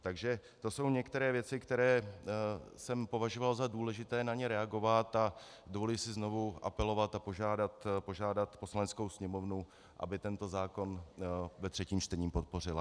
Takže to jsou některé věci, na které jsem považoval za nutné reagovat, a dovoluji si znovu apelovat a požádat Poslaneckou sněmovnu, aby tento zákon ve třetím čtení podpořila.